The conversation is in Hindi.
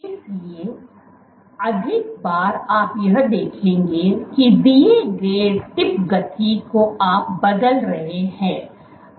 इसलिए अधिक बार आप यह देखेंगे की दिए गए टिप गति को आप बदल रहे हैं है